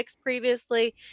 previously